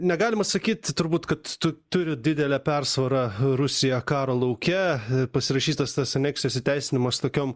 negalima sakyt turbūt kad tu turi didelę persvarą rusija karo lauke pasirašytas tas aneksijos įteisinimas tokiom